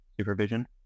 supervision